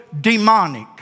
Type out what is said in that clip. demonic